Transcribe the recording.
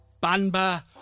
Banba